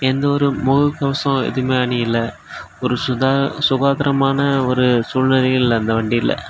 எந்த ஒரு முக கவசம் எதுவுமே அணியல ஒரு சுகா சுகாதாரமான ஒரு சூழ்நிலையும் இல்லை அந்த வண்டியில